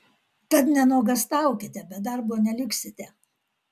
tad nenuogąstaukite be darbo neliksite